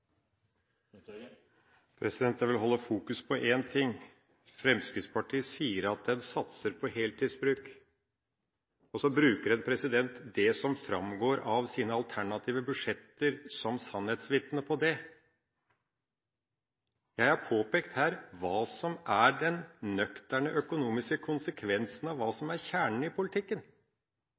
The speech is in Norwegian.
Jeg vil fokusere på én ting: Fremskrittspartiet sier at en satser på heltidsbruk. Så bruker en det som framgår av sine alternative budsjetter, som sannhetsvitne på det. Jeg har påpekt her hva som er den nøkterne, økonomiske konsekvensen av kjernen i politikken: